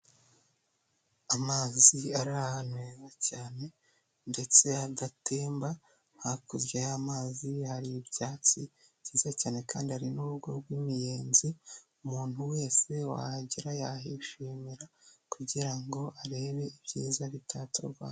Amazi ari ahantu heza cyane ndetse adatemba, hakurya y'amazi hari ibyatsi byiza cyane kandi hari n'urugo rw'imiyenzi, umuntu wese wagera yahishimira kugira ngo arebe ibyiza bitatse u Rwanda.